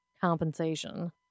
compensation